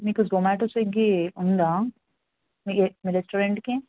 మీకు జొమాటో స్విగ్గీ ఉందా మీ మీ రెస్టారెంట్కి